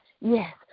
yes